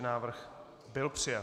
Návrh byl přijat.